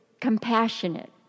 compassionate